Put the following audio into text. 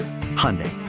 Hyundai